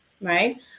right